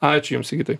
ačiū jums sigitai